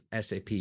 SAP